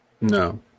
No